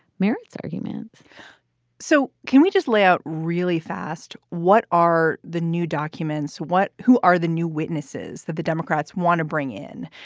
merits arguments so can we just lay out really fast? what are the new documents? what who are the new witnesses that the democrats want to bring in?